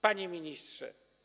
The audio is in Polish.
Panie Ministrze!